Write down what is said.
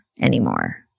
anymore